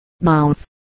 mouth